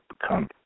become